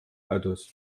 autos